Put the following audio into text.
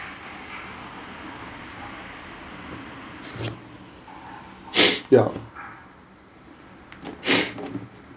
ya